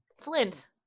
Flint